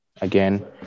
again